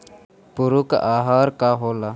पुरक अहार का होला?